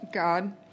God